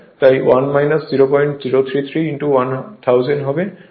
তাই 1 0033 1000 হবে